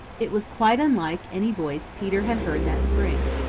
it was quite unlike any voice peter had heard that spring.